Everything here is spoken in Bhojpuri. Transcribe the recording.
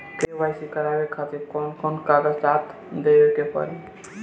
के.वाइ.सी करवावे खातिर कौन कौन कागजात देवे के पड़ी?